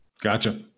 Gotcha